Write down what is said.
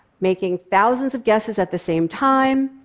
making thousands of guesses at the same time,